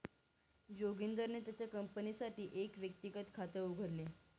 जोगिंदरने त्याच्या कंपनीसाठी एक व्यक्तिगत खात उघडले